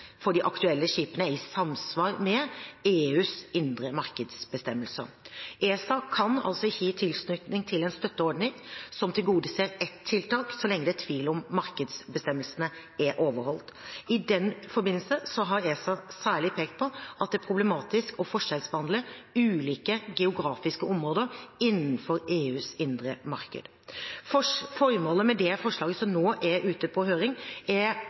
for de aktuelle skipene er i samsvar med EUs indre markedsbestemmelser. ESA kan altså ikke gi tilslutning til en støtteordning som tilgodeser et tiltak så lenge det er tvil om markedsbestemmelsene er overholdt. I den forbindelse har ESA særlig pekt på at det er problematisk å forskjellsbehandle ulike geografiske områder innenfor EUs indre marked. Formålet med det forslaget som nå er ute på høring, er